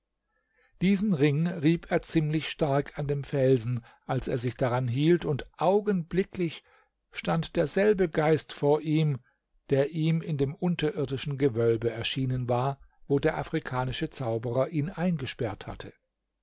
diesen ring rieb er ziemlich stark an dem felsen als er sich daran hielt und augenblicklich stand derselbe geist vor ihm der ihm in dem unterirdischen gewölbe erschienen war wo der afrikanische zauberer ihn eingesperrt hatte